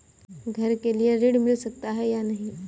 घर के लिए ऋण मिल सकता है या नहीं?